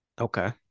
Okay